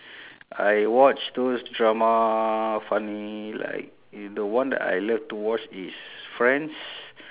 I watch those drama funny like the one that I love to watch is friends